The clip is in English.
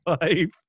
life